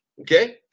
okay